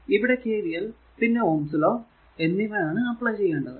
KCL ഇവിടെ KVL പിന്നെ Ohm's law ohm's law എന്നിവ ആണ് അപ്ലൈ ചെയ്യേണ്ടത്